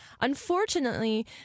Unfortunately